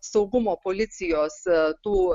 saugumo policijos tų